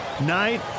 night